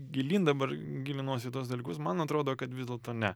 gilyn dabar gilinuosi į tuos dalykus man atrodo kad vis dėlto ne